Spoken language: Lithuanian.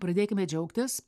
pradėkime džiaugtis